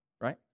Right